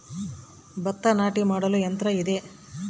ಭತ್ತ ನಾಟಿ ಮಾಡಲು ಯಂತ್ರ ಇದೆಯೇ?